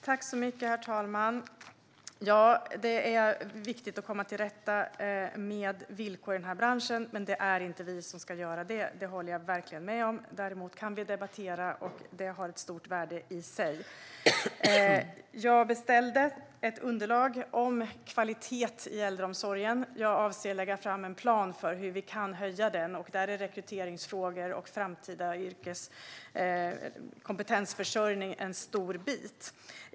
Herr talman! Att det är viktigt att komma till rätta med villkoren i den här branschen men att det inte är vi som ska göra det håller jag verkligen med om. Däremot kan vi debattera, och det har ett stort värde i sig. Jag beställde ett underlag om kvalitet i äldreomsorgen. Jag avser att lägga fram en plan för hur vi kan höja den, och där är rekryteringsfrågor och framtida kompetensförsörjning en stor bit.